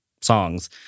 songs